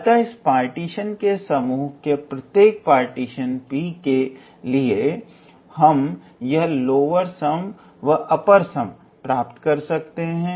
अतः इस पार्टीशन के समूह के प्रत्येक पार्टीशन P के लिए हम यह लोअर सम व अपर सम प्राप्त कर सकते हैं